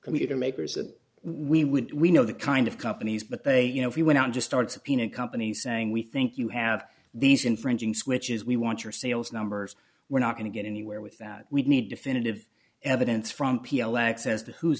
computer makers that we would we know the kind of companies but they you know if you went out to start subpoena companies saying we think you have these infringing switches we want your sales numbers we're not going to get anywhere with that we need definitive evidence from p l access to who's